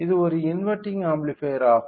இது ஒரு inverting amplifier ஆகும்